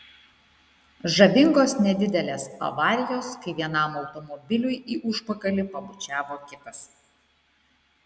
žavingos nedidelės avarijos kai vienam automobiliui į užpakalį pabučiavo kitas